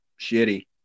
shitty